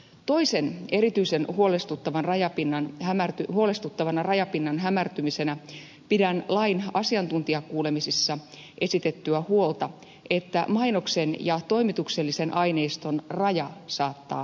toisena erityisen huolestuttavana rajapinnan hämärtymisenä pidän lain asiantuntijakuulemisissa esitettyä huolta että mainoksen ja toimituksellisen aineiston raja saattaa hämärtyä